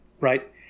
right